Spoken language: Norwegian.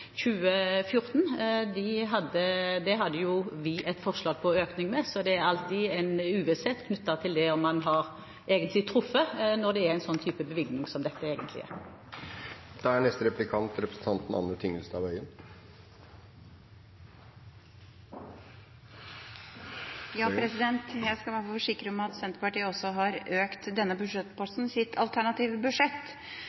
2014. Der hadde vi et forslag til økning, så det er alltid en uvisshet knyttet til om man egentlig har truffet når det er en sånn type bevilgning som dette. Jeg skal bare forsikre om at Senterpartiet også har økt denne budsjettposten i sitt alternative budsjett. Jeg ønsker å spørre statsråden om hun synes det er rimelig at